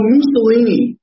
Mussolini